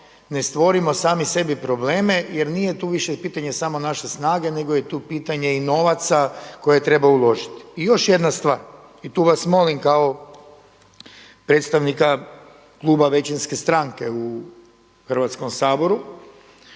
ne stvorimo sami sebi probleme jer nije tu više pitanje samo naše snage nego je tu pitanje i novaca koje treba uložiti. I još jedna stvar i tu vas molim kao predstavnika kluba većinske stranke u Hrvatskom saboru,